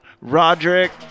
Roderick